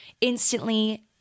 instantly